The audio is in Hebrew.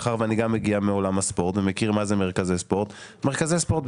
מאחר וגם אני מגיע מעולם הספורט ומכיר מה זה מרכזי ספורט - מרכזי ספורט,